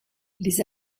les